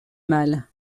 mal